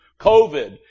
COVID